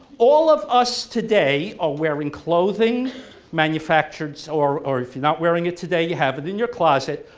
all of us today are wearing clothing manufactured, or or if you're not wearing it today you have it in your closet,